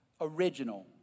original